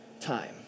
time